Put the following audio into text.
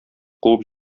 куып